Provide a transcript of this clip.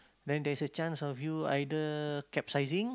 then there's a chance of you either capsizing